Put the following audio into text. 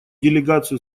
делегацию